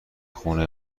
خونه